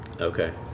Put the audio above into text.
Okay